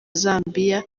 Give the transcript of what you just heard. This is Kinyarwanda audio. zambiya